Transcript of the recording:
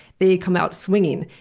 they come out swinging.